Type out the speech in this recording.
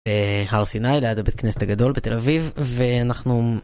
‫הר סיני ליד הבית כנסת הגדול ‫בתל אביב, ואנחנו...